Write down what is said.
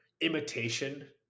imitation